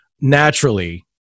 naturally